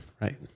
right